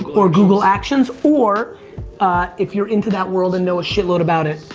or google actions, or if you're into that world and know a shit load about it,